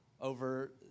over